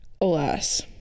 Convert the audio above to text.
Alas